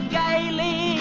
gaily